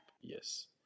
Yes